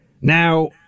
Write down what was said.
now